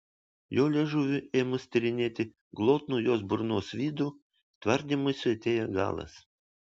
jo liežuviui ėmus tyrinėti glotnų jos burnos vidų tvardymuisi atėjo galas